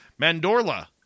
Mandorla